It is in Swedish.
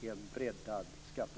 en breddad skattebas, som jag sade.